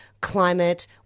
climate